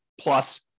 plus